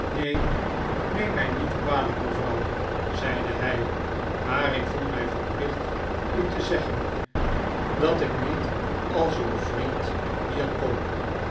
neem neem mij niet kwalijk mevrouw zeide hij maar ik voel mij verplicht u te zeggen dat ik niet als uw vriend hier kom